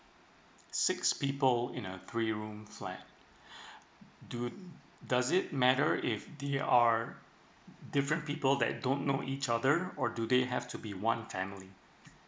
six people in a three room flat do does it matter if they are different people that don't know each other or do they have to be one family